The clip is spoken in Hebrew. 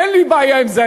אין לי בעיה עם זה.